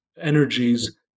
energies